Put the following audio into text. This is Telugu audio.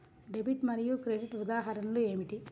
డెబిట్ మరియు క్రెడిట్ ఉదాహరణలు ఏమిటీ?